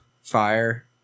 fire